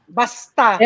basta